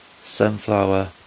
Sunflower